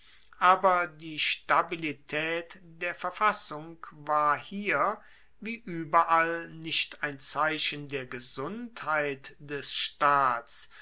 aber die stabilitaet der verfassung war hier wie ueberall nicht ein zeichen der gesundheit des staats